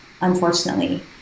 unfortunately